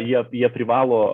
jie jie privalo